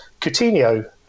Coutinho